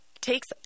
takes